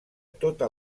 tota